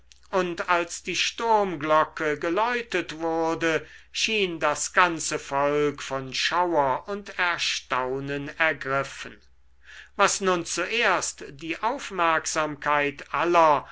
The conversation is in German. und als die sturmglocke geläutet wurde schien das ganze volk von schauer und erstaunen ergriffen was nun zuerst die aufmerksamkeit aller